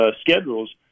schedules